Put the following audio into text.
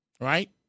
Right